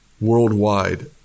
worldwide